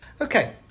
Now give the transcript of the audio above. Okay